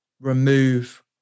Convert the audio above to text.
remove